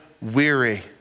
weary